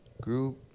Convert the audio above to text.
group